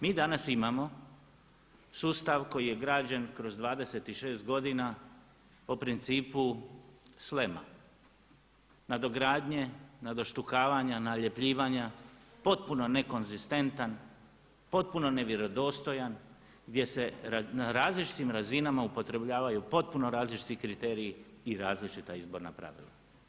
Mi danas imamo sustav koji je građen kroz 26 godina po principu … nadogradnje, nadoštukavanja, naljepljivanja, potpuno nekonzistentan, potpuno nevjerodostojan, gdje se na različitim razinama upotrjebljavaju potpuno različiti kriteriji i različita izborna pravila.